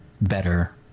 better